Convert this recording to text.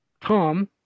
Tom